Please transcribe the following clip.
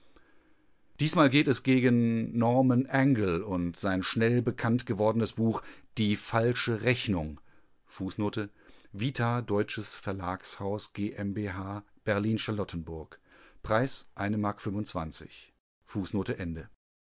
diesmal geht es gegen norman angell und sein schnell bekannt gewordenes buch die falsche rechnung vita deutsches verlagshaus g m b h